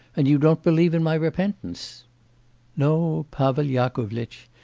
and you don't believe in my repentance no, pavel yakovlitch,